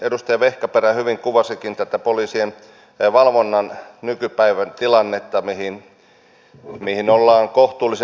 edustaja vehkaperä hyvin kuvasikin tätä poliisien valvonnan nykypäivän tilannetta mihin ollaan kohtuullisen tyytyväisiä